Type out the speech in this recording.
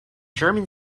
german